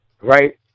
right